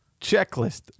Checklist